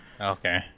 Okay